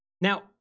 Now